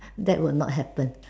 that will not happen